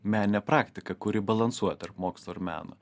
meninę praktiką kuri balansuoja tarp mokslo ir meno